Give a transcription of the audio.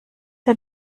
der